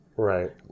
Right